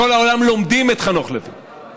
בכל העולם לומדים את חנוך לוין,